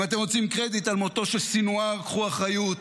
אם אתם רוצים קרדיט על מותו של סנוואר, קחו אחריות